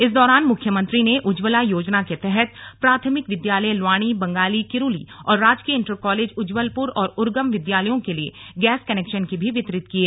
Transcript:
इस दौरान मुख्यमंत्री ने उज्ज्वला योजना के तहत प्राथमिक विद्यालय ल्वाणी बंगाली किरूली और राजकीय इंटर कॉलेज उज्ज्वलपुर और उर्गम विद्यालयों के लिए गैस कनेक्शन भी वितरित किये